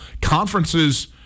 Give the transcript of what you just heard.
conferences